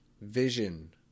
Vision